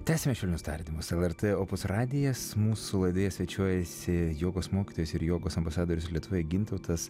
tęsiame švelnius tardymus lrt opus radijas mūsų laidoje svečiuojasi jogos mokytojas ir jogos ambasadorius lietuvoje gintautas